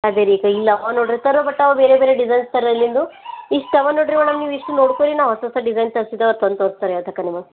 ಅದೇರೀಕ್ಕ ಇಲ್ಲ ಅವು ನೋಡಿರಿ ತರೊಬಟ್ಟವು ಬೇರೆ ಬೇರೆ ಡಿಸೈನ್ಸ್ ಥರ ಎಲ್ಲಿನದು ಇಷ್ಟು ಅವೆ ನೋಡಿರಿ ಮೇಡಮ್ ನೀವು ಇಷ್ಟು ನೋಡಿಕೊಳ್ಳಿ ನಾವು ಹೊಸ ಹೊಸ ಡಿಸೈನ್ಸ್ ತರ್ಸಿದೇವೆ ತಂದು ತೋರಿಸ್ತಾರೆ ಯಾವುದಕ್ಕ ನಿಮಗೆ